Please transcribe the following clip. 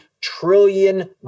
trillion